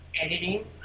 Editing